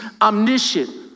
omniscient